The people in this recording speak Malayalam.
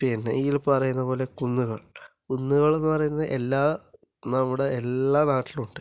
പിന്നെ ഇതില് പറയുന്ന പോലെ കുന്നുകൾ കുന്നുകൾ എന്നു പറയുന്നത് എല്ലാ നമ്മുടെ എല്ലാ നാട്ടിലും ഉണ്ട്